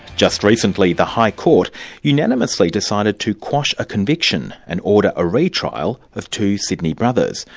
just recently the high court unanimously decided to quash a conviction and order a re-trial of two sydney brothers,